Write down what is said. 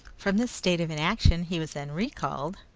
from this state of inaction he was then recalled,